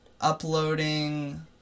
uploading